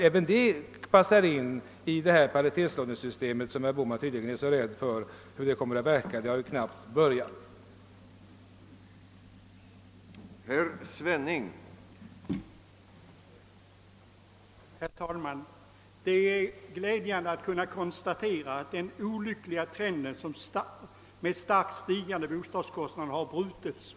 Även detta passar alltså in i det paritetslånesystem för vars verkningar herr Bohman tydligen är så rädd trots att systemet knappast börjat tillämpas.